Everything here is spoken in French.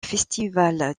festival